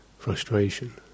Frustration